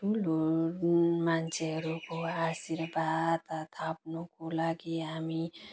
ठुलो मान्छेहरूको आशीर्वाद थाप्नुको लागि हामी